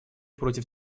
против